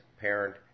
parent